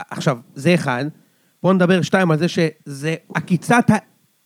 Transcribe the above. עכשיו, זה אחד, בוא נדבר שתיים על זה שזה עקיצת ה...